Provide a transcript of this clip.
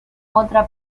otra